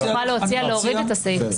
אני רק אוכל להציע להוריד את הסעיף הזה.